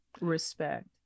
respect